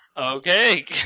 Okay